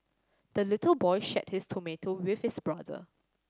the little boy shared his tomato with his brother